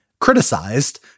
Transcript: criticized